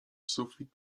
sufit